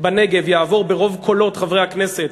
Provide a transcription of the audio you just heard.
בנגב יעבור ברוב קולות חברי הכנסת,